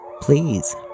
Please